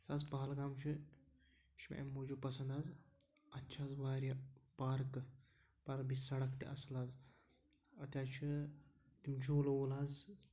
حظ پہلگام چھِ یہِ چھِ مےٚ اَمہِ موٗجوٗب پَسنٛد حظ اَتہِ چھِ حظ واریاہ پارکہٕ پَرٕ بیٚیہِ سَڑک تہِ اَصٕل حظ اَتہِ حظ چھِ تِم جوٗلہٕ ووٗلہ حظ